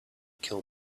kill